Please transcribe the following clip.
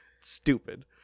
Stupid